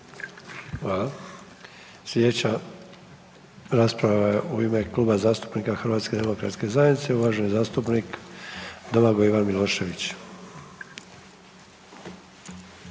Hvala. Sljedeća rasprava je u ime Kluba zastupnika HDZ-a i uvaženi zastupnik Domagoj Ivan Milošević.